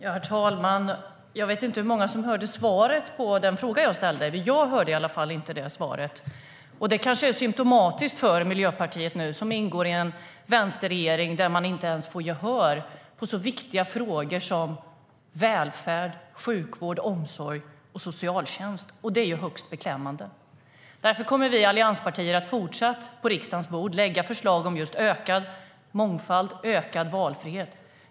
Herr talman! Jag vet inte hur många som hörde svaret på den fråga jag ställde. Jag hörde i alla fall inget svar. Det kanske är symtomatiskt för Miljöpartiet nu som ingår i en vänsterregering där man inte ens får gehör för så viktiga frågor som välfärd, sjukvård, omsorg och socialtjänst. Det är högst beklämmande. Därför kommer vi allianspartier att fortsatt på riksdagens bord lägga förslag om just ökad mångfald och ökad valfrihet.